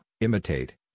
Imitate